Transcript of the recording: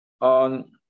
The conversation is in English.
on